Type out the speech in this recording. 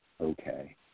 okay